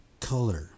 color